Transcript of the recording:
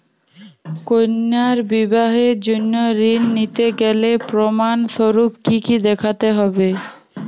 কন্যার বিবাহের জন্য ঋণ নিতে গেলে প্রমাণ স্বরূপ কী কী দেখাতে হবে?